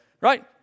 Right